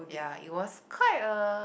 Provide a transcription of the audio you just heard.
ya it was quite a